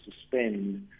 suspend